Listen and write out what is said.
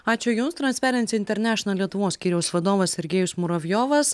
ačiū jums transperensi internešenal lietuvos skyriaus vadovas sergejus muravjovas